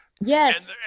Yes